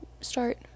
Start